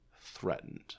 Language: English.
threatened